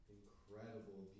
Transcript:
incredible